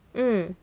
mm